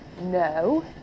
no